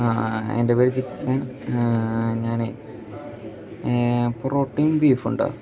ആ എൻ്റെ പേര് ജിക്സൺ ഞാൻ പൊറോട്ടയും ബീഫും ഉണ്ടോ